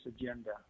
agenda